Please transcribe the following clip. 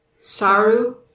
Saru